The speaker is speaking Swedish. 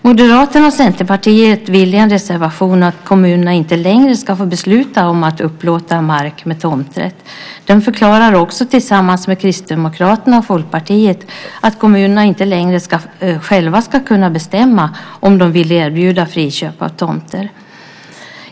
Moderaterna och Centerpartiet anför i en reservation att de anser att kommunerna inte längre ska få besluta om att upplåta mark med tomträtt. De förklarar också tillsammans med Kristdemokraterna och Folkpartiet att kommunerna inte längre själva ska kunna bestämma om de vill erbjuda friköp av tomter.